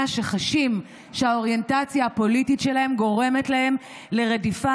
שחשים שהאוריינטציה הפוליטית שלהם גורמת להם לרדיפה,